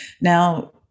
Now